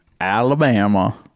Alabama